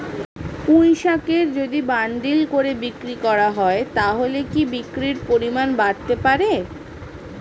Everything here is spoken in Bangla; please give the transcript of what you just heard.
পুঁইশাকের যদি বান্ডিল করে বিক্রি করা হয় তাহলে কি বিক্রির পরিমাণ বাড়তে পারে?